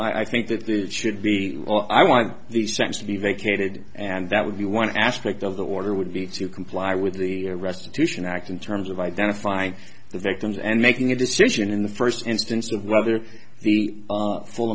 well i think that it should be all i want the sex to be vacated and that would be one aspect of the water would be to comply with the restitution act in terms of identifying the victims and making a decision in the first instance of whether the full